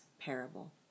parable